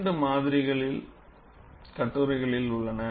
இரண்டு மாதிரிகள் கட்டுரைகளில் உள்ளன